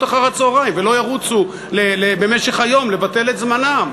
אחר-הצהריים ולא ירוצו במשך היום לבטל את זמנם.